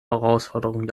herausforderung